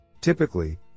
Typically